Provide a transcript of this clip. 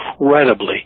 incredibly